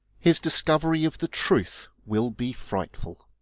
his discovery of the truth will be frii htful.